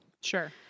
Sure